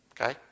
Okay